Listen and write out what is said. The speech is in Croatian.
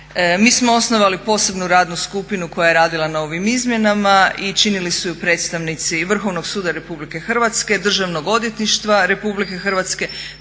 Mi smo osnovali posebnu radnu skupinu koja je radila na ovim izmjenama i činili su je predstavnici i Vrhovnog suda RH, Državnog odvjetništva RH, Državnog